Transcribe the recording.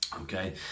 okay